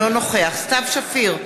אינו נוכח סתיו שפיר,